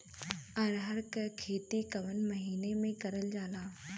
अरहर क खेती कवन महिना मे करल जाला?